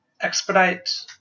Expedite